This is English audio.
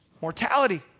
Mortality